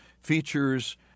features